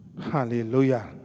Hallelujah